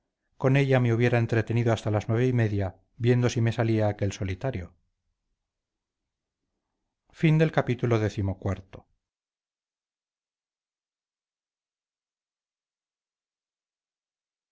con ella me hubiera entretenido hasta las nueve y media viendo si me salía aquel solitario